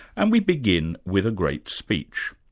and we begin with a great speech.